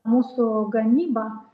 mūsų gamyba